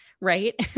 Right